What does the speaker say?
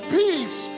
peace